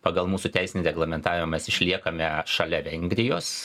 pagal mūsų teisinį reglamentavimą mes išliekame šalia vengrijos